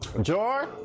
joy